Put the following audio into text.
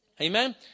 Amen